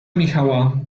michała